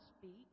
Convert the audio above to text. speak